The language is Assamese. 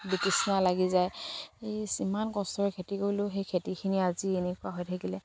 বিকিষ্ণা লাগি যায় এই সিমান কষ্টৰে খেতি কৰিলো সেই খেতিখিনি আজি এনেকুৱা হৈ থাকিলে